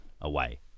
away